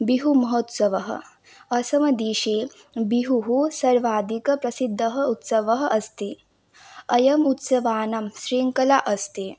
बिहुमहोत्सवः असमदेशे बिहुः सर्वाधिकप्रसिद्धः उत्सवः अस्ति अयम् उत्सवानां शृङ्खलः अस्ति